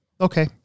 okay